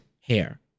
hair